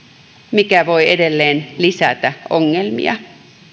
mikä voi edelleen lisätä ongelmia